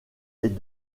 est